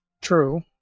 True